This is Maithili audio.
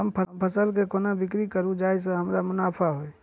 हम फसल केँ कोना बिक्री करू जाहि सँ हमरा मुनाफा होइ?